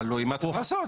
תלוי מה צריך לעשות.